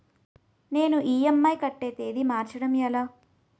నేను ఇ.ఎం.ఐ కట్టే తేదీ మార్చడం ఎలా?